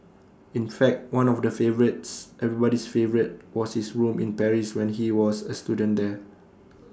in fact one of the favourites everybody's favourite was his room in Paris when he was A student there